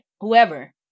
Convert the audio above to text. whoever